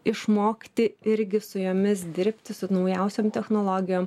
išmokti irgi su jomis dirbti su naujausiom technologijom